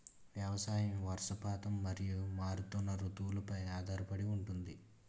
వ్యవసాయం వర్షపాతం మరియు మారుతున్న రుతువులపై ఆధారపడి ఉంటుంది